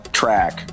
track